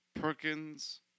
Perkins